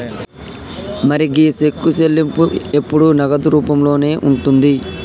మరి గీ సెక్కు చెల్లింపు ఎప్పుడు నగదు రూపంలోనే ఉంటుంది